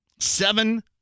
Seven